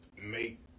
make